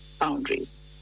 boundaries